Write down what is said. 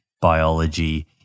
biology